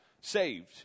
saved